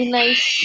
nice